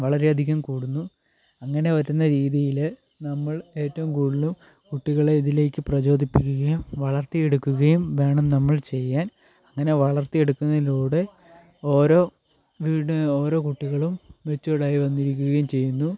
വളരെ അധികം കൂടുന്നു അങ്ങനെ വരുന്ന രീതിയിൽ നമ്മൾ ഏറ്റവും കൂടുതലും കുട്ടികളെ ഇതിലേക്ക് പ്രചോദിപ്പിക്കുകയും വളർത്തിയെടുക്കുകയും വേണം നമ്മൾ ചെയ്യാൻ അങ്ങനെ വളർത്തി എടുക്കുന്നതിലൂടെ ഓരോ വീടു ഓരോ കുട്ടികളും മെച്യുർഡായി വന്നിരിക്കുകയും ചെയ്യുന്നു